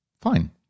Fine